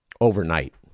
overnight